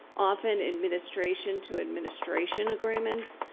often administration-to-adminis stration agreements.